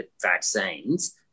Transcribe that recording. vaccines